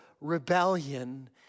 rebellion